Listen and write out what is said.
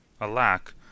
Alack